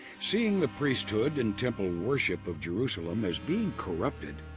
seeing the priesthood and temple worship of jerusalem as being corrupted,